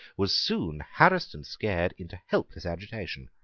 was soon harassed and scared into helpless agitation.